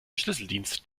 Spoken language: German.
schlüsseldienst